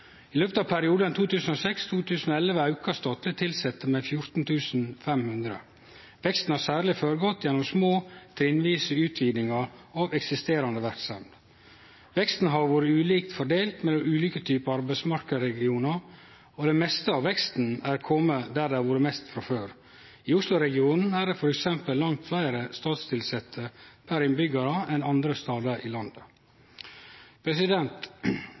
I løpet av perioden 2006–2011 auka talet på statlege tilsette med 14 500. Veksten har særleg gått føre seg gjennom små, trinnvise utvidingar av eksisterande verksemder. Veksten har vore ulikt fordelt mellom ulike typar arbeidsmarknadsregionar, og det meste av veksten er komen der det har vore mest frå før. I Osloregionen er det f.eks. langt fleire statstilsette per innbyggjar enn andre stader i landet.